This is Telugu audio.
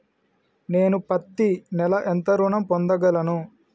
నేను పత్తి నెల ఎంత ఋణం పొందగలను?